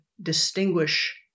distinguish